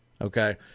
Okay